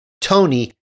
Tony